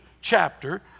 chapter